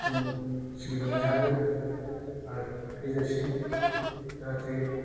जों सिबिलांबाय थागोन आरो थैजासिम जाहाथे